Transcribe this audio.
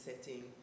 setting